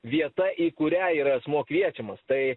vieta į kurią yra asmuo kviečiamas tai